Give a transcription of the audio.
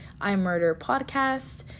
imurderpodcast